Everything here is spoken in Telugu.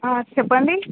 చెప్పండి